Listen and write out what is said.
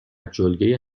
جلگه